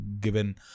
given